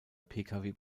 pkw